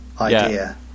idea